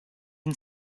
and